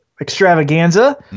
extravaganza